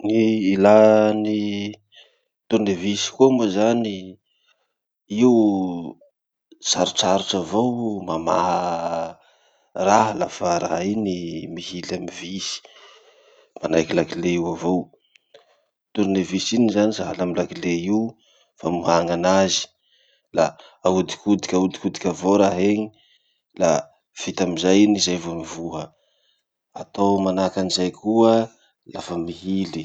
Gny ilà ny tournevis koa moa zany, io sarotsarotry mamaha raha lafa raha iny mihily amy vis, manahaky lakile io avao. Tournevis iny zany sahala amy lakile io, famohagna anazy, la ahodikodiky ahodikodiky avao raha iny, la vita amizay iny zay vo mivoha. Atao manahaky anizay koa lafa mihily.